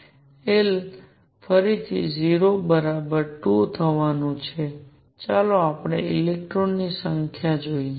L ફરી 0 બરાબર 2 થવાનું છે ચાલો આપણે ઇલેક્ટ્રોનની કુલ સંખ્યા જોઈએ